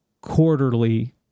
quarterly